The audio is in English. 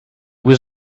was